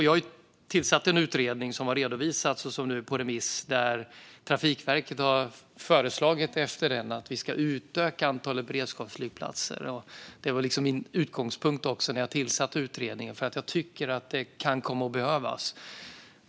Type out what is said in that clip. Jag har tillsatt en utredning som har redovisats och som nu är på remiss, där Trafikverket har föreslagit att vi ska utöka antalet beredskapsflygplatser. Det var också min utgångspunkt när jag tillsatte utredningen, för jag tycker att det kan komma att behövas.